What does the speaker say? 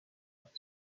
have